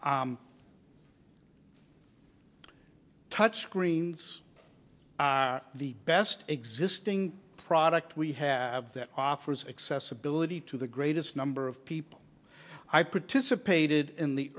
me touchscreens the best existing product we have that offers accessibility to the greatest number of people i participated in the